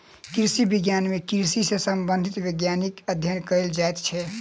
कृषि विज्ञान मे कृषि सॅ संबंधित वैज्ञानिक अध्ययन कयल जाइत छै